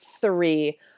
three